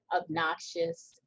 obnoxious